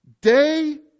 Day